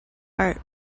art